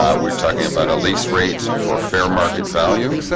we're talking about a lease rate for fair market value